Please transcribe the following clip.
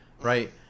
Right